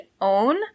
own